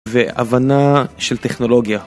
והבנה של טכנולוגיה.